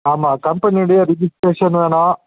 ஆமாம் கம்பெனியுடைய ரிஜிஸ்ட்ரேஷன் வேணும்